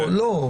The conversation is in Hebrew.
לא.